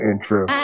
intro